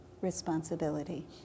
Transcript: responsibility